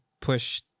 push